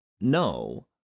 No